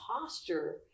posture